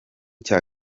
cya